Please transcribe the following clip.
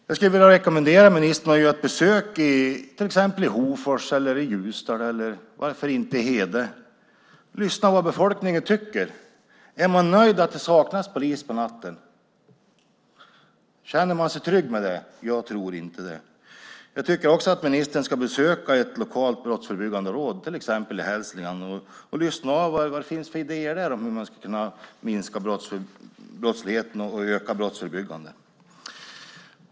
Jag skulle vilja rekommendera ministern att göra ett besök i Hofors, i Ljusdal och varför inte i Hede och lyssna på vad befolkningen tycker. Är man nöjd med att det saknas polis på natten? Känner man sig trygg med det? Jag tror inte det. Jag tycker också att ministern ska besöka ett lokalt brottsförebyggande råd, till exempel i Hälsingland, och lyssna av vad det finns för idéer där om hur man ska kunna minska brottsligheten och öka det brottsförebyggande.